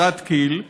חברת כי"ל,